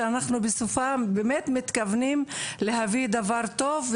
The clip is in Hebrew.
שבסופה אנחנו באמת מתכוונים להביא דבר טוב,